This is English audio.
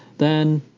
then,